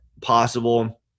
possible